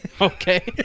Okay